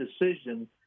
decision